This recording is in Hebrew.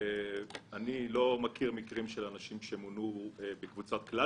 אני לא מכיר מקרים של אנשים שמונו בקבוצת כלל